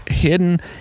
hidden